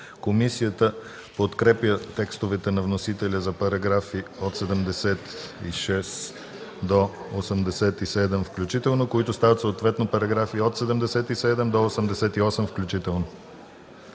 Комисията подкрепя текстовете на вносителя за параграфи от 5 до 9 включително, които стават съответно параграфи от 7 до 11 включително.